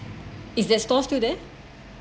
is the stall still there